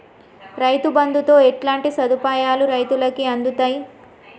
రైతు బంధుతో ఎట్లాంటి సదుపాయాలు రైతులకి అందుతయి?